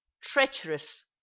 treacherous